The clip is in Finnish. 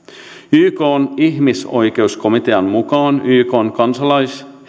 ykn ihmisoikeuskomitean mukaan ykn kansalais